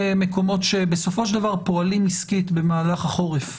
מקומות שבסופו של דבר פועלים עסקית במהלך החורף,